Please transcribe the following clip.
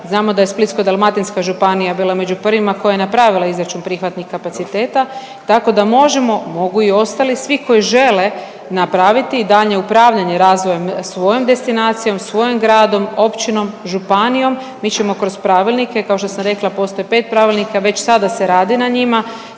Znamo da je Splitsko-dalmatinska županija bila među prvima koja je napravila izračun prihvatnih kapaciteta, tako da možemo, mogu i ostali svi koji žele napraviti daljnje upravljanje razvojem svojom destinacijom, svojim gradom, općinom, županijom. Mi ćemo kroz pravilnike, kao što sam rekla postoje 5 pravilnika, već sada se radi na njima,